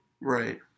Right